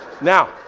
Now